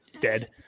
dead